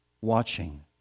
watching